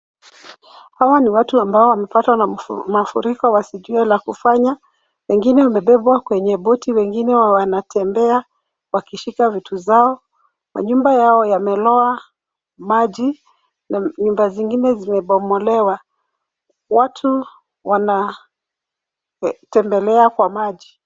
Hawa ni watu ambao wamepatwa na mafuriko wasijue la kufanya. Wengine wamebebwa kwenye boti, wengine wanatembea wakishika vitu zao. Manyumba yao yamelowa maji na nyumba zingine zimebomolewa. Watu wanatembelea kwa maji.